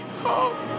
home